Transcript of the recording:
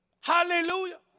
Hallelujah